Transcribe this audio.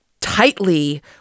tightly